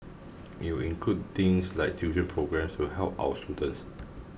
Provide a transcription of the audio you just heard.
it will include things like tuition programmes to help our students